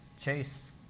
Chase